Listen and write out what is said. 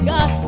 God